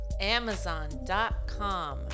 Amazon.com